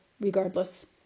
regardless